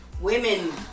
Women